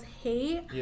hate